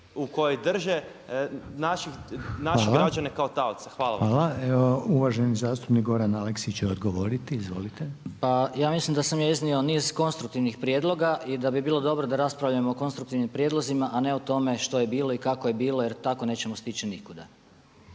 vam. **Reiner, Željko (HDZ)** Hvala. Evo uvaženi zastupnik Goran Aleksić će odgovoriti, izvolite. **Aleksić, Goran (SNAGA)** Pa ja mislim da sam ja iznio niz konstruktivnih prijedloga i da bi bilo dobro da raspravljamo o konstruktivnim prijedlozima a ne o tome što je bilo i kako je bilo jer tako nećemo stići nikuda.